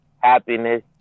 happiness